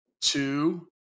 two